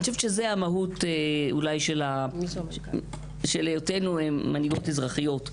אני חושבת שזו המהות של היותנו מנהיגות אזרחיות.